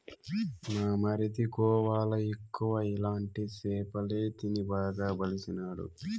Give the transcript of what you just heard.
మా మరిది గోవాల ఎక్కువ ఇలాంటి సేపలే తిని బాగా బలిసినాడు